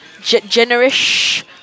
Generous